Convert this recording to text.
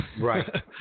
Right